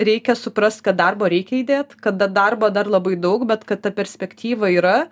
reikia suprast kad darbo reikia įdėt kad da darbą dar labai daug bet kad ta perspektyva yra